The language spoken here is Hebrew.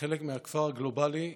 כחלק מהכפר הגלובלי,